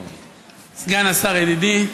סגן השר, ידידי,